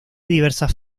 diversas